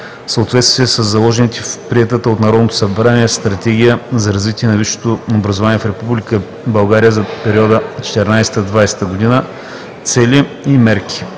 съответствие със заложените в приетата от Народното събрание Стратегия за развитие на висшето образование в Република България за периода 2014 – 2020 г. цели и мерки.